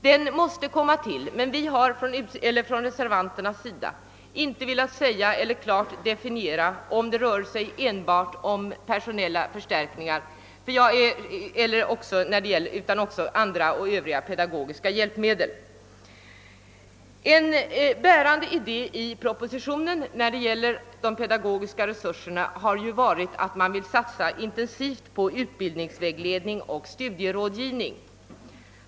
Den måste komma till stånd, men reservanterna har inte velat ange, om det enbart skall röra sig om personella förstärkningar eller om också pedagogiska hjälpmedel skall komma i fråga. En av propositionens bärande idéer beträffande de pedagogiska resurserna är att det skall satsas intensivt. på utbildningsvägledning och studierådgivning.